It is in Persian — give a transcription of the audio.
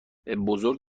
بزرگ